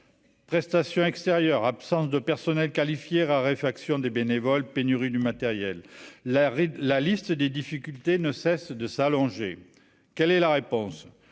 prestations extérieures, absence de personnel qualifié, raréfaction des bénévoles pénurie du matériel, la, la liste des difficultés ne cessent de s'allonger : quelle est la réponse,